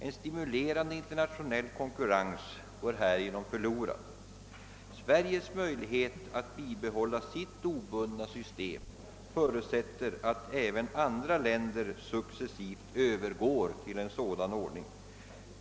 En stimulerande internationell konkurrens går härigenom förlorad. Sveriges möjlighet att bibehålla sitt obundna system förutsätter att även andra länder successivt övergår till en sådan ordning.